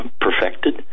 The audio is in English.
perfected